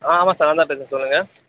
ஆ ஆமாம் சார் நான் தான் பேசுகிறேன் சொல்லுங்க